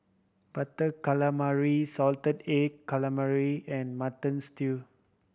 Butter Calamari salted egg calamari and Mutton Stew